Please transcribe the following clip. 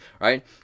right